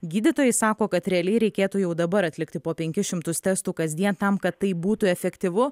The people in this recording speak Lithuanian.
gydytojai sako kad realiai reikėtų jau dabar atlikti po penkis šimtus testų kasdien tam kad tai būtų efektyvu